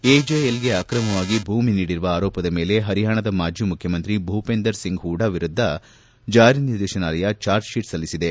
ಎಜೆಎಲ್ಗೆ ಆಕ್ರಮವಾಗಿ ಭೂಮಿ ನೀಡಿರುವ ಆರೋಪದ ಮೇಲೆ ಹರಿಯಾಣದ ಮಾಜಿ ಮುಖ್ಯಮಂತ್ರಿ ಭೂಪೇಂದರ್ ಸಿಂಗ್ ಹೂಡಾ ವಿರುದ್ದ ಸಹ ಜಾರಿ ನಿರ್ದೇಶನಾಲಯ ಚಾರ್ಜ್ ಶೀಟ್ ದಾಖಲಿಸಿದೆ